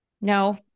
No